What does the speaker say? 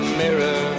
mirror